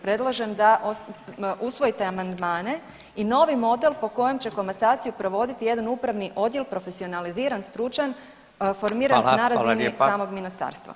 Predlažem da usvojite amandmane i novi model po kojem će komasaciju provodi jedan upravni odjel profesionaliziran, stručan formirati na razini samog ministarstva. hvala.